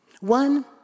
one